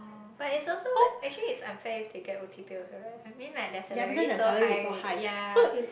but it's also actually it's unfair if they get O_T pay also right I mean like their salary so high already ya